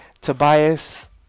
Tobias